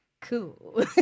Cool